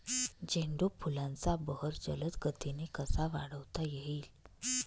झेंडू फुलांचा बहर जलद गतीने कसा वाढवता येईल?